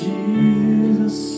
Jesus